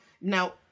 Now